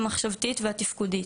המחשבתית והתפקודית.